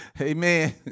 Amen